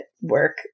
work